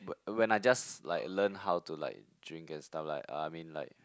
when I just like learn how to like drink and stuff like uh I mean like